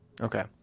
Okay